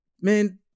man